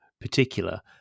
particular